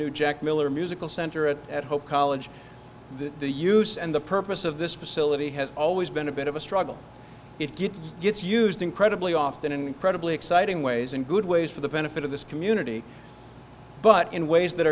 new jack miller musical center at at hope college the use and the purpose of this facility has always been a bit of a struggle it gets used incredibly often incredibly exciting ways and good ways for the benefit of this community but in ways that